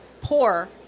poor